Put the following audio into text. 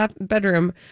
bedroom